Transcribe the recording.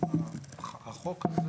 החוק הזה